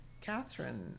Catherine